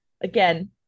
again